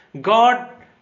God